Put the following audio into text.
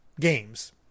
games